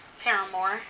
Paramore